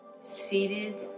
seated